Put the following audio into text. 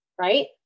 Right